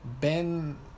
Ben